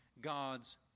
God's